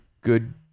good